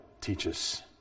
teaches